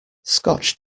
scotch